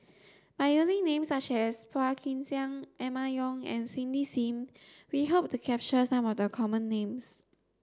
by using names such as Phua Kin Siang Emma Yong and Cindy Sim we hope to capture some of the common names